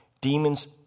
Demons